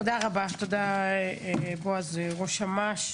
תודה רבה, בועז ראש אמ"ש.